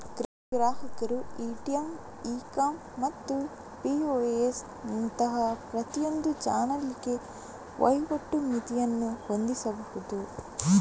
ಗ್ರಾಹಕರು ATM, e com ಮತ್ತು POS ನಂತಹ ಪ್ರತಿಯೊಂದು ಚಾನಲಿಗೆ ವಹಿವಾಟು ಮಿತಿಯನ್ನು ಹೊಂದಿಸಬಹುದು